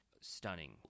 stunning